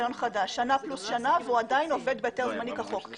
שנה פלוס שנה והוא עדיין עובד בהיתר זמני כחוק.